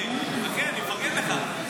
אני מפרגן לך,